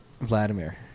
Vladimir